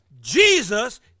Jesus